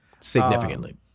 Significantly